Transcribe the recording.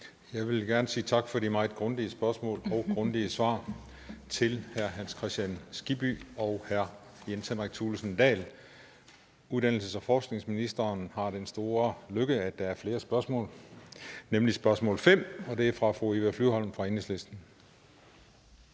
Jeg vil gerne sige tak for de meget grundige spørgsmål og de grundige svar til hr. Hans Kristian Skibby og hr. Jens Henrik Thulesen Dahl. Uddannelses- og forskningsministeren har den store lykke, at der er flere spørgsmål, nemlig spørgsmål 5 fra fru Eva Flyvholm fra Enhedslisten.